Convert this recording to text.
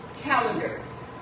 calendars